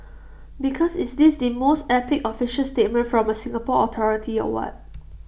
because is this the most epic official statement from A Singapore authority or what